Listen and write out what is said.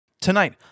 Tonight